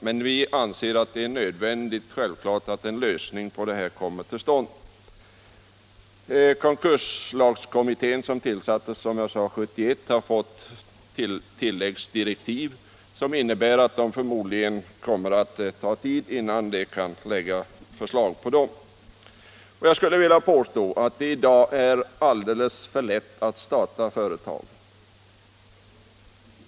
Men vi anser det självfallet nödvändigt att en lösning kommer till stånd, Konkurslagskommittén, som tillsattes 1971, har nyligen fått tilläggsdirektiv, som förmodligen innebär att det kommer att ta tid innan kommittén kan framlägga något förslag. Det är i dag alldeles för lätt att starta företag.